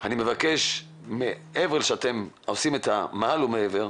אני מבקש מעבר לכך שאתם עושים את המעל ומעבר,